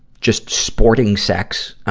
just sporting sex, ah,